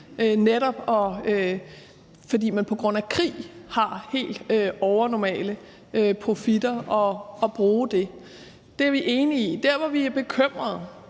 netop fordi man på grund af krig har helt overnormale profitter, altså at man bruger det. Det er vi enige i. Der, hvor vi er bekymrede,